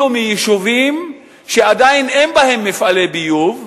מיישובים שעדיין אין בהם מפעלי ביוב,